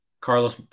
Carlos